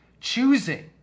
choosing